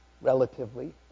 relatively